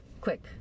Quick